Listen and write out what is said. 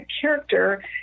character